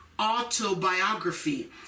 autobiography